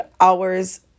hours